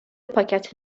پاکت